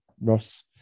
Ross